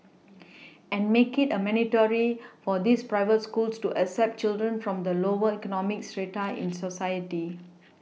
and make it a mandatory for these private schools to accept children from the lower economic strata in society